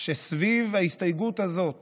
שסביב ההסתייגות הזאת